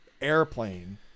airplane